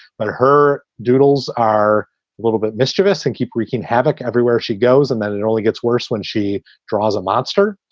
but her doodles are a little bit mischievous and keep wreaking havoc everywhere she goes and that it only gets worse when she draws a monster.